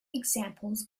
examples